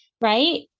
Right